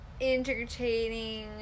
entertaining